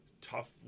tough